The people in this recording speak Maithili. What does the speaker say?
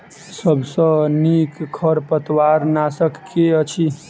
सबसँ नीक खरपतवार नाशक केँ अछि?